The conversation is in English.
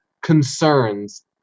concerns